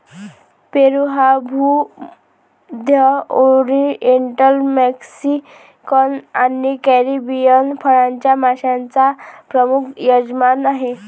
पेरू हा भूमध्य, oriental, Mexican आणि कॅरिबियन फळांच्या माश्यांचा प्रमुख यजमान आहे